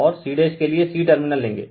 और c' के लिए c टर्मिनल लेंगे